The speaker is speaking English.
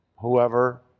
whoever